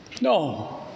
No